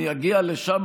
אני אגיע לשם,